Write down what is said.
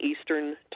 Eastern